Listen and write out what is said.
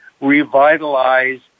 revitalize